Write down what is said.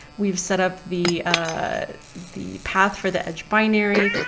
we've set up the ah the path for the edge binary,